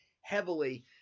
heavily